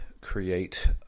create